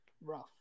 Rough